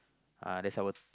uh that's our